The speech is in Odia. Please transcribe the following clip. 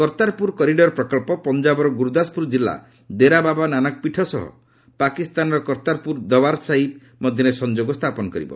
କର୍ତ୍ତାରପ୍ରର କରିଡର ପ୍ରକଳ୍ପ ପଞ୍ଜାବର ଗ୍ରର୍ତଦାସପ୍ରର ଜିଲ୍ଲା ଦେରାବାବା ନାନକ ପୀଠ ସହ ପାକିସ୍ତାନର କର୍ତ୍ତାରପ୍ରର ଦରବାରସାହିବ୍ ମଧ୍ୟରେ ସଂଯୋଗ ସ୍ଥାପନ କରିବ